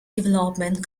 development